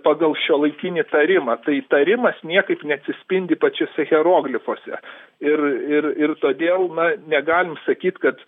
pagal šiuolaikinį tarimą tai tarimas niekaip neatsispindi pačiuose hieroglifuose ir ir ir todėl na negalim sakyt kad